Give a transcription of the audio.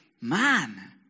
man